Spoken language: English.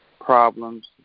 problems